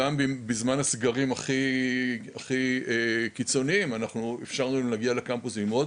גם בזמן הסגרים הכי קיצוניים אנחנו אפשרנו להם להגיע לקמפוסים ללמוד.